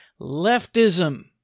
leftism